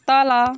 तल